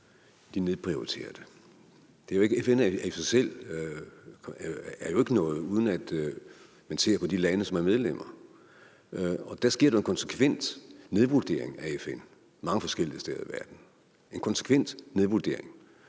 nedprioriterer det. FN i sig selv er jo ikke noget, uden at man ser på de lande, som er medlemmer, og der sker jo en konsekvent nedvurdering af FN mange forskellige steder i verden – en konsekvent nedvurdering